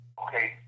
okay